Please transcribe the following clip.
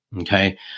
okay